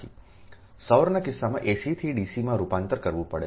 સૌરના કિસ્સામાં AC થી DC માં રૂપાંતર કરવું પડે છે